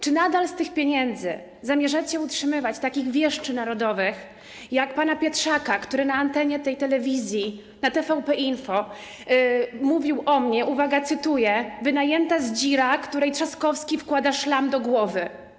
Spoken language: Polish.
Czy nadal z tych pieniędzy zamierzacie utrzymywać takich wieszczów narodowych jak pan Pietrzak, który na antenie tej telewizji, na TVP Info, mówił o mnie - uwaga, cytuję - wynajęta zdzira, której Trzaskowski wkłada szlam do głowy?